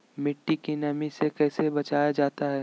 मट्टी के नमी से कैसे बचाया जाता हैं?